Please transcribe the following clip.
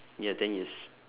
ya ten years